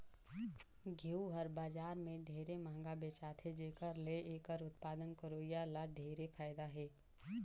घींव हर बजार में ढेरे मंहगा बेचाथे जेखर ले एखर उत्पादन करोइया ल ढेरे फायदा हे